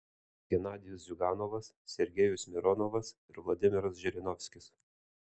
genadijus ziuganovas sergejus mironovas ir vladimiras žirinovskis